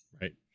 right